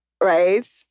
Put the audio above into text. right